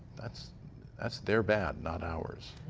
that's that's their bad, not ours.